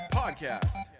podcast